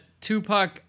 Tupac